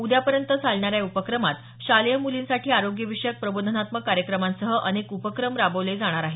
उद्यापर्यंत चालणाऱ्या या उपक्रमात शालेय मुलींसाठी आरोग्यविषयक प्रबोधनात्मक कार्यक्रमांसह अनेक उपक्रम राबवले जाणार आहेत